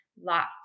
locked